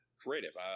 creative